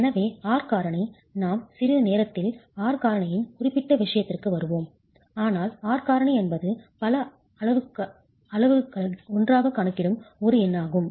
எனவே R காரணி நாம் சிறிது நேரத்தில் R காரணியின் குறிப்பிட்ட விஷயத்திற்கு வருவோம் ஆனால் R காரணி என்பது பல அளவுருக்களை ஒன்றாகக் கணக்கிடும் ஒரு எண்ணாகும்